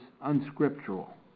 unscriptural